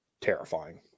terrifying